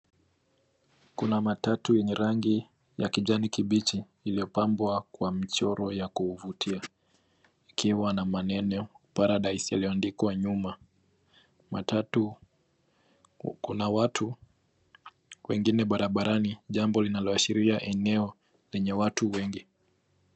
Kuna matatu yenye rangi ya kijani kibichi imepambwa kwa michoro ya kuvutia ikiwa na maneno paradise iliyoandikwa nyuma .Kuko na watu wenginevarabarani jambo linaloashiria eneo liko na watu wengi.